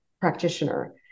practitioner